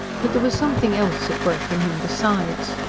but there was something else at work in him besides.